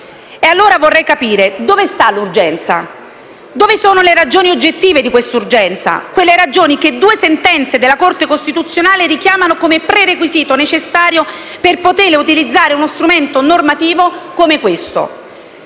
E allora vorrei capire dove stanno l'urgenza e le sue ragioni oggettive; quelle ragioni che due sentenze della Corte costituzionale richiamano come prerequisito necessario per poter utilizzare uno strumento normativo come questo.